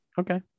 Okay